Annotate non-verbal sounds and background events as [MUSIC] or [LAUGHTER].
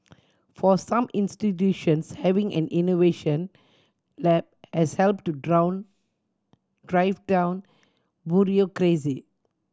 for some institutions having an innovation lab has helped to [UNINTELLIGIBLE] drive down bureaucracy